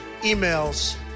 emails